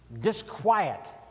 disquiet